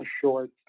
short